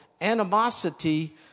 animosity